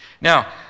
Now